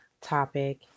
topic